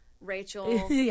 Rachel